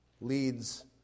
leads